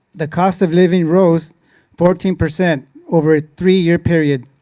the cost of living rose fourteen percent over a three-year period.